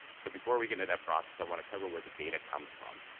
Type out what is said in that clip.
so before we get in that process, i want to cover where the data comes from.